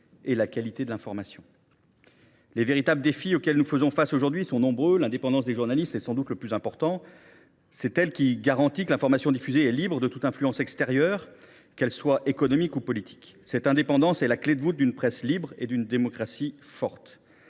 et la qualité de l’information. Les véritables défis auxquels nous faisons face aujourd’hui sont nombreux. L’indépendance des journalistes est sans doute le plus important d’entre eux : c’est elle qui garantit que l’information diffusée est libre de toute influence extérieure, qu’elle soit économique ou politique. Cette indépendance est la clé de voûte d’une presse libre et d’une démocratie forte.